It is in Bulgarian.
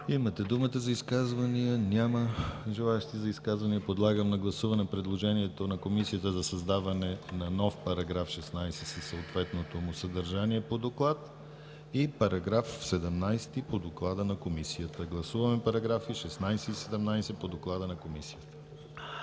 Имате думата за изказвания. Няма желаещи. Подлагам на гласуване предложението на Комисията за създаване на нов § 16 със съответното му съдържание по доклад и § 17 по доклада на Комисията. Гласуваме параграфи 16 и 17 по доклада на Комисията.